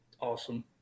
Awesome